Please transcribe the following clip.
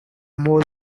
more